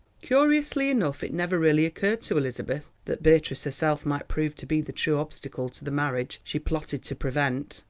curiously enough it never really occurred to elizabeth that beatrice herself might prove to be the true obstacle to the marriage she plotted to prevent.